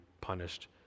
punished